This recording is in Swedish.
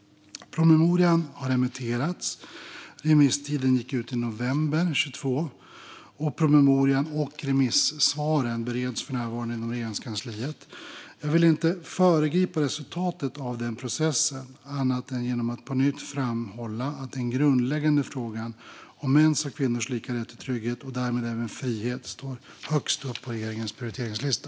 Promemorian har remitterats, och remisstiden gick ut i november 2022. Promemorian och remissvaren bereds för närvarande inom Regeringskansliet. Jag vill inte föregripa resultatet av den processen annat än genom att på nytt framhålla att den grundläggande frågan om mäns och kvinnors lika rätt till trygghet och därmed även frihet står högt upp på regeringens prioriteringslista.